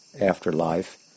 afterlife